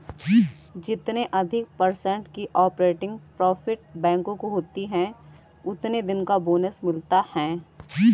जितने अधिक पर्सेन्ट की ऑपरेटिंग प्रॉफिट बैंकों को होती हैं उतने दिन का बोनस मिलता हैं